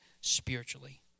spiritually